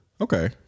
Okay